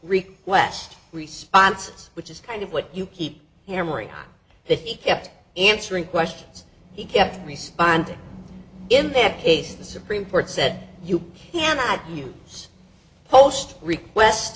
request responses which is kind of what you keep hammering on that he kept answering questions he kept responding in that case the supreme court said you cannot use post request